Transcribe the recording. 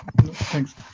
thanks